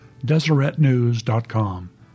DeseretNews.com